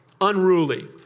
Unruly